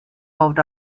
out